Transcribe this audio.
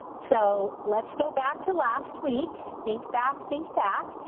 so let's go back to last week. think back, think back.